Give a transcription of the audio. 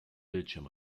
bildschirm